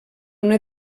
una